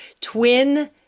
twin